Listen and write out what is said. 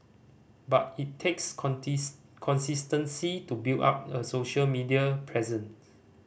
but it takes consistency to build up a social media presence